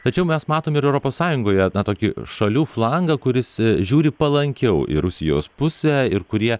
tačiau mes matom ir europos sąjungoje tą tokį šalių flangą kuris žiūri palankiau į rusijos pusę ir kurie